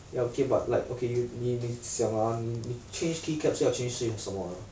ya okay but like okay you 你你想 ah 你你 change key cap 是要 change 什么的